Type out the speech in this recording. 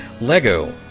LEGO